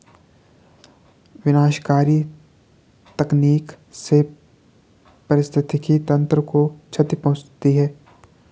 विनाशकारी तकनीक से पारिस्थितिकी तंत्र को क्षति पहुँचती है